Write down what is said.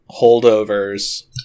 holdovers